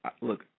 look